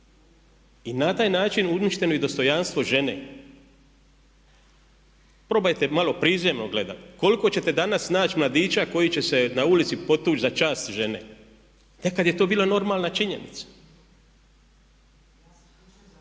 I na taj način uništeno je dostojanstvo žene. Probajte malo prizemno gledati. Koliko ćete danas naći mladića koji će se na ulici potući za čast žene? Nekada je to bila normalna činjenica.